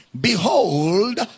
Behold